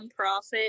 nonprofit